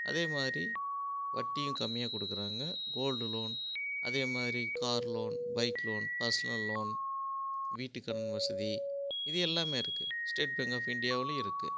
அதே மாதிரி வட்டியும் கம்மியாக கொடுக்குறாங்க கோல்டு லோன் அதே மாதிரி car loan bike loan personal loan வீட்டுக் கடன் வசதி இது எல்லாமே இருக்குது ஸ்டேட் பேங்க் ஆஃப் இண்டியாவுலேயும் இருக்குது